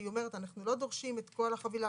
היא אומרת - אנחנו לא דורשים את כל החבילה,